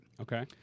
Okay